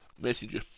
Messenger